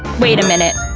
wait a minute,